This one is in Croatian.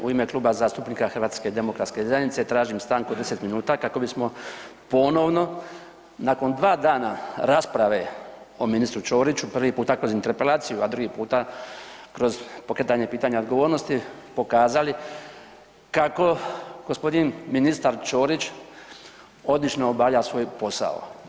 U ime Kluba zastupnika HDZ-a tražim stanku od 10 minuta kako bismo ponovno nakon 2 dana rasprave o ministru Ćoriću, prvi puta kroz Interpelaciju, a drugi puta kroz pokretanje pitanja odgovornosti, pokazali kako g. ministar Ćorić odlično obavlja svoj posao.